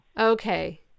Okay